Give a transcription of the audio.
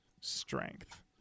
strength